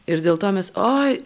ir dėl to mes oi